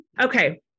Okay